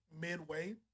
midway